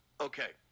Okay